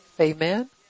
Amen